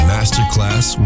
Masterclass